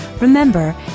Remember